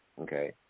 okay